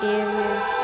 areas